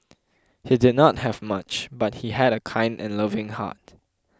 he did not have much but he had a kind and loving heart